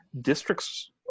districts